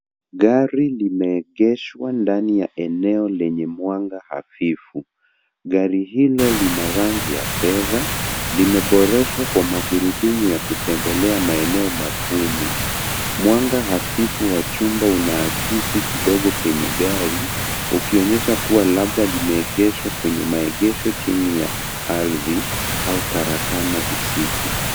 Gari limeegeshwa ndani ya eneo lenye mwanga hafifu. Gari hilo lina rangi ya fedha . Limeboreshwa kwa magurudumu ya kutembelea maeneo magumu . Mwanga hafifu wa chumba unaakisi kidogo kwenye gari, ukionyesha kuwa labda limeegeshwa kwenye maegesho chini ya ardhi au karakana usiku.